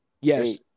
Yes